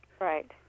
Right